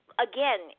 again